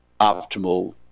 optimal